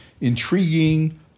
intriguing